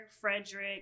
Frederick